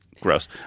Gross